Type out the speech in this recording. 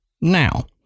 now